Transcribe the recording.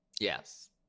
Yes